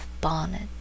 bonnet